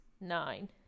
nine